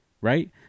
Right